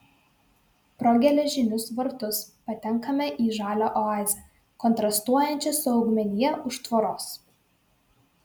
pro geležinius vartus patenkame į žalią oazę kontrastuojančią su augmenija už tvoros